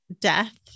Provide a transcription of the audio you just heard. death